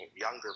younger